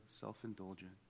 self-indulgent